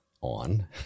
on